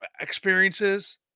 experiences